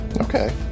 Okay